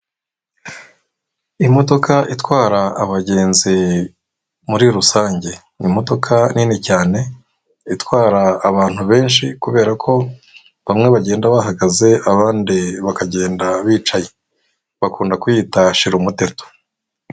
Imodoka itwara abagenzi muri rusange, ni imodoka nini cyane itwara abantu benshi kubera ko bamwe bagenda bahagaze abandi bakagenda bicaye. Bakunda kwiyita shira umuteto.